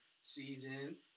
season